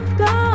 go